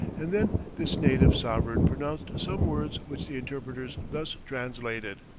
and then this native sovereign pronounced some words which the interpreters thus translated